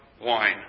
wine